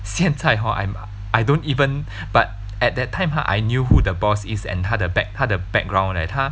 现在 hor I'm I don't even but at that time ha I knew who the boss is and 他的 back~ 他的 background leh 他